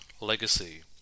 legacy